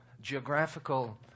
geographical